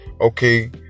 okay